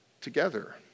together